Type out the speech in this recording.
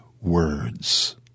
words